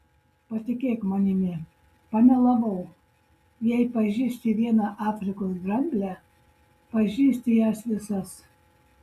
patikėk manimi pamelavau jei pažįsti vieną afrikos dramblę pažįsti jas visas